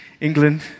England